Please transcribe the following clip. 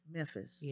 Memphis